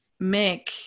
mick